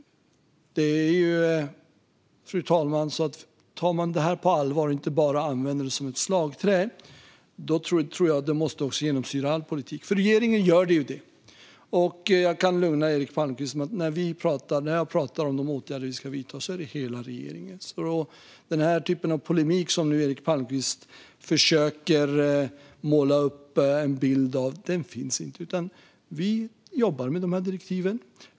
Fru talman! Om man tar det här på allvar och inte bara använder det som ett slagträ tror jag att det måste genomsyra all politik. För regeringen är det så, och jag kan lugna Eric Palmqvist med att säga: När jag pratar om de åtgärder vi ska vidta talar jag för hela regeringen. Den typ av polemik som Eric Palmqvist nu försöker måla upp en bild av finns inte, utan vi jobbar med dessa direktiv.